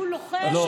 שהוא לוחם,